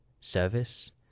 service